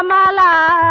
um la la